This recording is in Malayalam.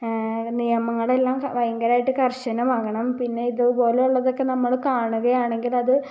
നിയമങ്ങളെല്ലാം ഭയങ്കരമായിട്ട് കർശനമാകണം പിന്നെ ഇതുപോലെ ഉള്ളതൊക്കെ നമ്മൾ കാണുകയാണെങ്കിൽ അത്